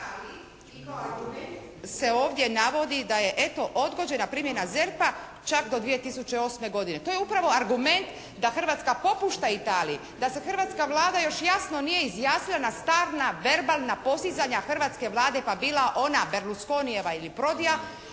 čuje se./ … se ovdje navodi da je eto odgođena primjena ZERP-a čak do 2008. godine. To je upravo argument da Hrvatska popušta Italiji, da se hrvatska Vlada još jasno nije izjasnila na stalna, verbalna posizanja hrvatske Vlade, pa bila ona berlusconijeva ili Prodija